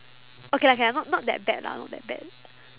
okay lah okay lah not not that bad lah not that bad